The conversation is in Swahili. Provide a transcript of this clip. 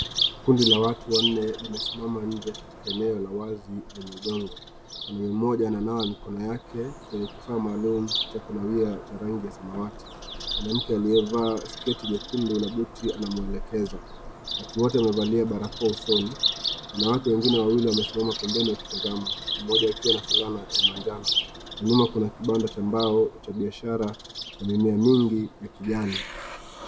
Kundi la watu wanne imesimama nje ya enelo la( word empowerment ).Mmoja wao ananawa mikono yake kwenye kifaa maalum cha kunawiwa yenye rangi ya samawati . Mwanamke aliyevaa sketi nyekundu na akamwelekeza. Watu wote wamevalia barakoa usoni . Wanawake wengine wawili wamesimama pembeni wakitazama furaha rangi ya manjano . Kuna kipanda cha mbao ya biashara eneo mwingi ni kijani.